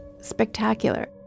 spectacular